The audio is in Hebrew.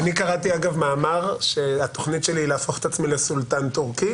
קראתי אגב מאמר שהתוכנית שלי היא להפוך את עצמי לסולטן טורקי.